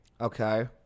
Okay